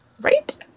Right